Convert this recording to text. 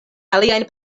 aliajn